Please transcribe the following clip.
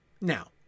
Now